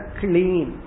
clean